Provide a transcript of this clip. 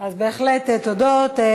בהחלט תודות.